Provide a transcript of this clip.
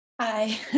Hi